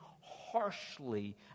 harshly